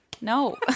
No